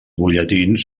butlletins